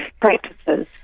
practices